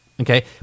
okay